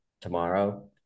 tomorrow